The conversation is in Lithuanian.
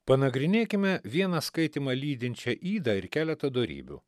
panagrinėkime vieną skaitymą lydinčią ydą ir keletą dorybių